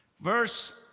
Verse